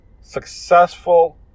successful